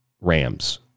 rams